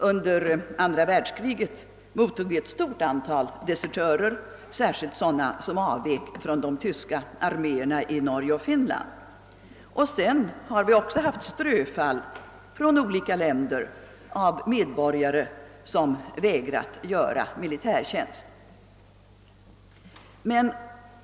Under andra världskriget mottog vi ett stort antal desertörer, särskilt sådana som avvek från de tyska arméerna i Norge och Finland. Vi har senare haft ströfall från olika länder av medborgare som vägrat göra militärtjänst.